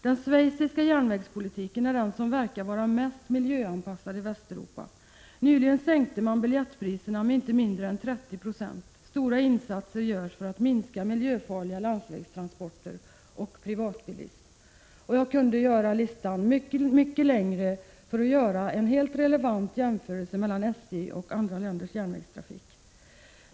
Den schweiziska järnvägspolitiken är den som verkar vara mest miljöanpassad i Västeuropa. Nyligen sänkte man biljettpriserna med inte mindre än 30 96. Stora insatser görs för att minska miljöfarliga landsvägstransporter och privatbilism. Jag kunde göra listan med helt relevanta jämförelser mellan SJ och andra länders järnvägstrafik — som visar att SJ hör till de lönsammaste järnvägsföretagen — mycket längre.